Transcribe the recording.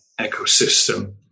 ecosystem